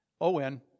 O-N